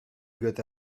got